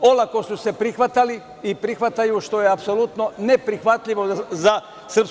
olako su se prihvatali, i prihvataju se, što je apsolutno ne prihvatljivo za SRS.